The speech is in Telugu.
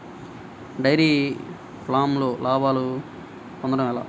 డైరి ఫామ్లో లాభాలు పొందడం ఎలా?